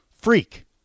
Freak